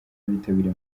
abitabiriye